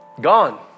Gone